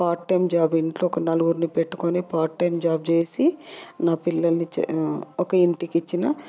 part time job ఇంట్లో ఒక నలుగురిని పెట్టుకొని పార్ట్ టైం జాబ్ చేసి నా పిల్లల్ని ఒక ఇంటికి ఇచ్చిన